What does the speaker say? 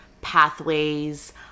pathways